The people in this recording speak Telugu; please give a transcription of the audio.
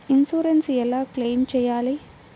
ఇన్సూరెన్స్ ఎలా క్లెయిమ్ చేయాలి?